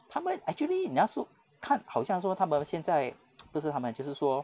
他们 actually 你要说看好像说他们现在 都是他们就是说